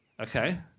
Okay